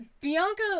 Bianca